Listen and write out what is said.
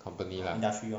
company lah